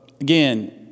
again